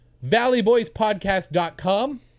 valleyboyspodcast.com